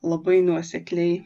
labai nuosekliai